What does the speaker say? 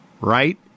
right